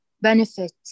benefit